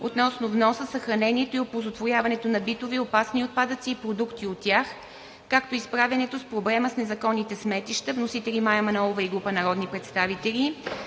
относно вноса, съхранението и оползотворяването на битови, опасни отпадъци и продукти от тях, както и справянето с проблема с незаконните сметища. Вносители – Мая Манолова и група народни представители